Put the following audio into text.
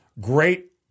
Great